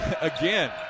again